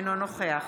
אינו נוכח